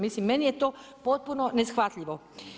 Mislim meni je to potpuno neshvatljivo.